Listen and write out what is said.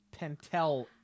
Pentel